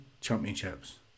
Championships